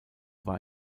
war